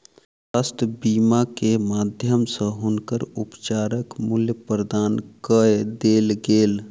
स्वास्थ्य बीमा के माध्यम सॅ हुनकर उपचारक मूल्य प्रदान कय देल गेल